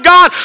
God